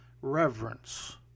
reverence